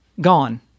gone